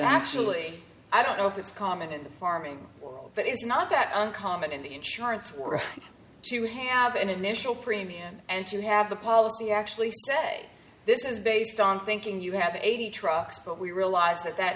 actually i don't know if it's common in the farming but is not that uncommon in the insurance world to have an initial premium and to have the policy actually say this is based on thinking you have eighty trucks but we realize that that